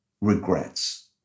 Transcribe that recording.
regrets